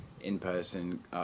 in-person